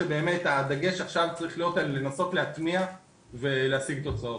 הדגש צריך להיות לנסות להתניע ולהשיג תוצאות.